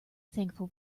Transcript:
thankful